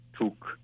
took